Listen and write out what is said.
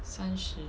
三十